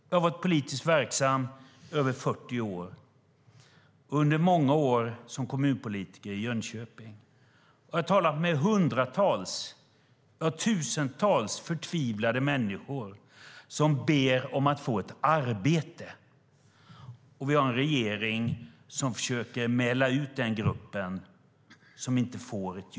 Jag har varit politiskt verksam i över 40 år, under många år som kommunpolitiker i Jönköping. Jag har talat med hundratals, ja tusentals, förtvivlade människor som bett om att få ett arbete. Och vi har en regering som försöker mäla ut den grupp som inte får jobb.